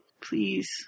Please